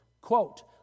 Quote